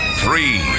three